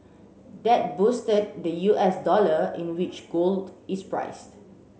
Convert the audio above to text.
that boosted the U S dollar in which gold is priced